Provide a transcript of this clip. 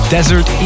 Desert